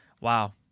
Wow